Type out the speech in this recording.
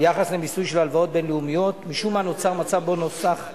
נא לרדת מהדוכן, העירו לי מהמזכירות, בג"ץ